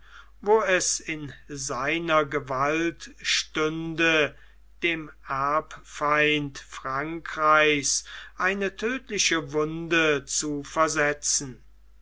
wo es in seiner gewalt stünde dem erbfeinde frankreichs eine tödtliche wunde zu versetzen